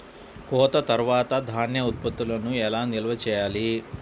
కోత తర్వాత ధాన్య ఉత్పత్తులను ఎలా నిల్వ చేయాలి?